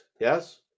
yes